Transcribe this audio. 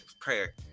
prayer